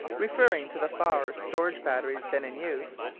referring to the faure storage batteries then in use,